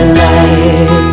light